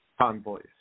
convoys